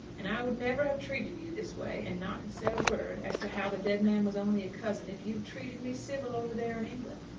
and i would never have treated you this way, and not have said a word as to how the dead man was only a cousin, if you'd treated me civil over there in england.